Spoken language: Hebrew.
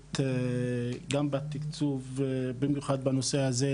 העדיפות גם בתקצוב ובמיוחד בנושא הזה,